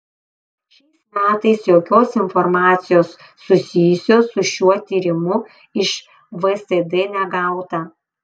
šiais metais jokios informacijos susijusios su šiuo tyrimu iš vsd negauta